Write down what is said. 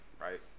Right